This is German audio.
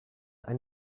ein